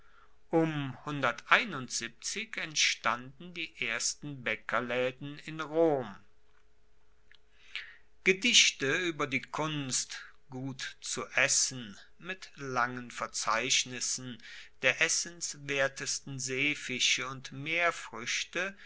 um entstanden die ersten baeckerlaeden in rom gedichte ueber die kunst gut zu essen mit langen verzeichnissen der essenswertesten seefische und